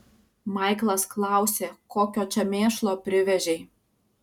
maiklas klausė kokio čia mėšlo privežei